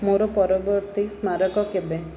ମୋର ପରବର୍ତ୍ତୀ ସ୍ମାରକ କେବେ